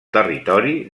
territori